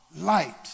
light